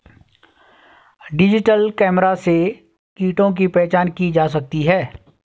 digital camera से कीटों की पहचान की जा सकती है